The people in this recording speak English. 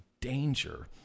danger